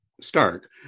stark